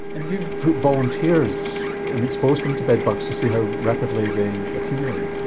and you've put volunteers and exposed them to bedbugs to see how rapidly they accumulate.